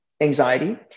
anxiety